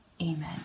amen